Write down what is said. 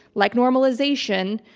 like, normalization.